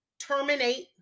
terminate